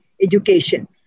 education